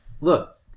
look